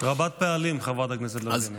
רבת-פעלים, חברת הכנסת לזימי.